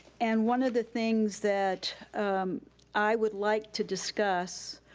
and one of the things that i would like to discuss